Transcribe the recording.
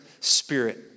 spirit